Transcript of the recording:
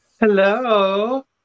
hello